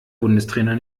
bundestrainer